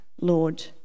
Lord